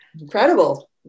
Incredible